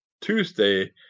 Tuesday